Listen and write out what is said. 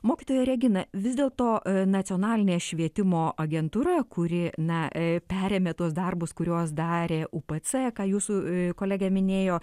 mokytoja regina vis dėlto nacionalinė švietimo agentūra kuri na perėmė tuos darbus kuriuos darė upc ką jūsų kolegė minėjo